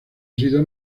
sido